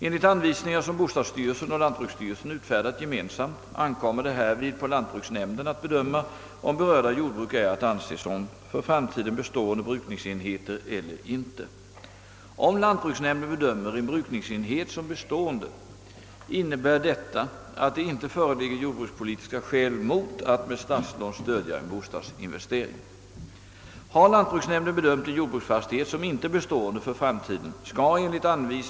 Enligt anvisningar, som bostadsstyrelsen och lantbruksstyrelsen utfärdat gemensamt, ankommer det härvid på lantbruksnämnden att bedöma om berörda jordbruk är att anse som för framtiden bestående brukningsenheter eller inte. Om lantbruksnämnden bedömer en brukningsenhet som bestående, innebär detta att det inte föreligger jordbrukspolitiska skäl mot att med statslån stödja en bostadsinvestering.